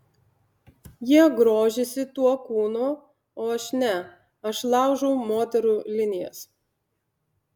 jie grožisi tuo kūnu o aš ne aš laužau moterų linijas